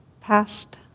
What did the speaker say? past